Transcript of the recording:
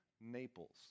Naples